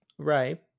right